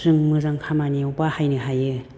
जों मोजां खामानियाव बाहायनो हायो